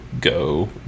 go